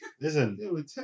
Listen